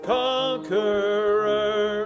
conqueror